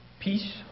peace